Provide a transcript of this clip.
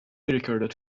recorded